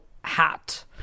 hat